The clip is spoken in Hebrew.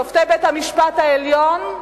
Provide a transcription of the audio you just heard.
שופטי בית-המשפט העליון,